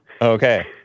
Okay